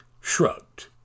shrugged